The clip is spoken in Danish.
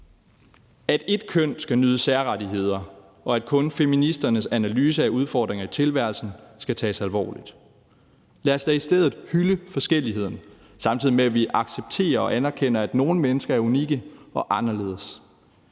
at et køn skal nyde særrettigheder, og at kun feministernes analyse af udfordringerne i tilværelsen skal tages alvorligt. Lad os da i stedet hylde forskelligheden, samtidig med at vi accepterer og anerkender, at nogle mennesker er unikke og anderledes.